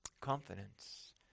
confidence